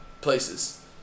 places